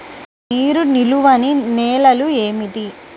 నీరు నిలువని నేలలు ఏమిటి?